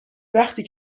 وقتی